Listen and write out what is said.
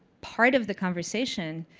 part of the conversation,